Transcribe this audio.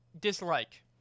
dislike